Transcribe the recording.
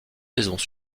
saisons